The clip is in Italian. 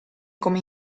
come